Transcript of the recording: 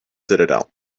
citadel